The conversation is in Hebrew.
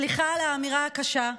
סליחה על האמירה הקשה,